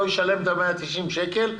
לא אשלם את ה-190 שקל,